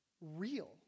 real